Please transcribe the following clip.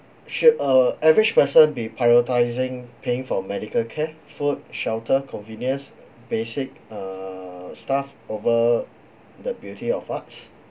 should a average person be prioritising paying for medical care food shelter convenience basic uh stuff over the beauty of arts